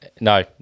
No